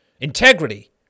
integrity